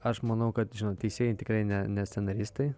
aš manau kad žinot teisėjai tikrai ne ne scenaristai